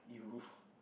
[eww]